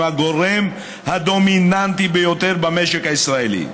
הם הגורם הדומיננטי ביותר במשק הישראלי,